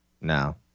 No